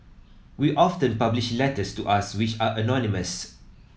we often publish letters to us which are anonymous